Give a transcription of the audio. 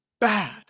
bad